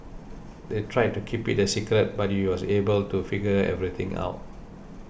they tried to keep it a secret but you was able to figure everything out